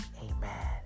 Amen